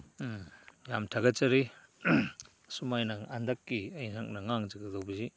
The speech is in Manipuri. ꯎꯝ ꯌꯥꯝ ꯊꯥꯒꯠꯆꯔꯤ ꯑꯁꯨꯃꯥꯏꯅ ꯍꯟꯗꯛꯀꯤ ꯑꯩꯍꯥꯛꯅ ꯉꯥꯡꯖꯒꯗꯧꯕꯁꯤ